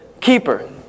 keeper